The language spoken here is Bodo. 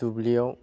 दुब्लियाव